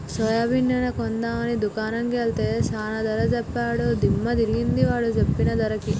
soybean నూనె కొందాం అని దుకాణం కెల్తే చానా ధర సెప్పాడు దిమ్మ దిరిగింది వాడు సెప్పిన ధరకి